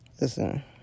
Listen